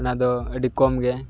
ᱚᱱᱟᱫᱚ ᱟᱹᱰᱤ ᱠᱚᱢ ᱜᱮ